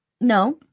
No